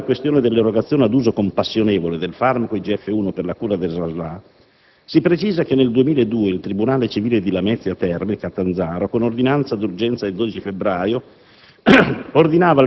Relativamente alla questione dell'erogazione ad uso compassionevole del farmaco IGF-1 per la cura della SLA, si precisa che nel 2002 il tribunale civile di Lamezia Terme (Catanzaro), con ordinanza d'urgenza del 12 febbraio,